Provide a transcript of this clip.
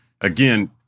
Again